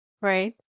Right